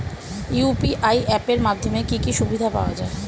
UPI app এর মাধ্যমে কি কি সুবিধা পাওয়া যায়?